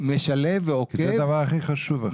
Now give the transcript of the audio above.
זה הדבר הכי חשוב, אני חושב.